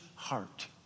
heart